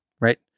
Right